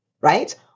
Right